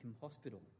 Hospital